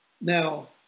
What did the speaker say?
Now